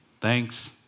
thanks